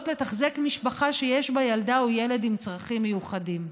לתחזק משפחה שיש בה ילדה או ילד עם צרכים מיוחדים.